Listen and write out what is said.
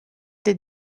des